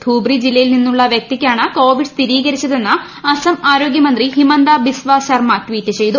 ധൂബ്രി ജില്ലയിൽ നിന്നുള്ള വൃക്തിക്കാണ് കോവിഡ് സ്ഥിരീകരിച്ചതെന്ന് അസം ആരോഗ്യ മന്ത്രി ഹിമന്ത ബിസ്വ ശർമ്മ ട്വീറ്റ് ചെയ്തു